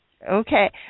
Okay